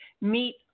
meet